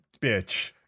bitch